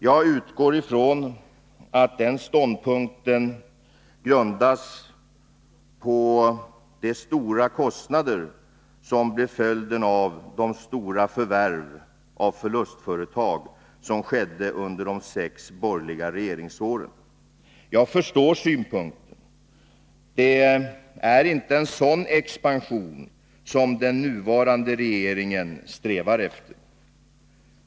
Jag utgår ifrån att den ståndpunkten grundas på de höga kostnader som blir följden av de stora förvärv av förlustföretag som skedde under de sex borgerliga regeringsåren. Jag förstår synpunkten. Det är inte en sådan expansion som den nuvarande regeringen strävar efter.